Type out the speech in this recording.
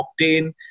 octane